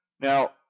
Now